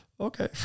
okay